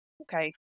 Okay